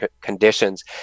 conditions